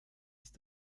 ist